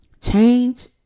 Change